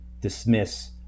dismiss